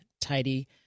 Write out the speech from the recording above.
tidy